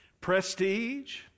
prestige